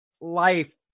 life